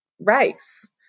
race